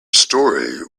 story